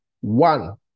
one